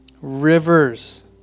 rivers